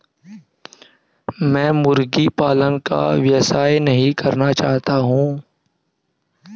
मैं मुर्गी पालन का व्यवसाय नहीं करना चाहता हूँ